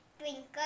Twinkle